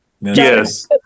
Yes